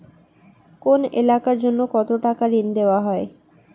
কোন এলাকার জন্য কত টাকা ঋণ দেয়া হয়?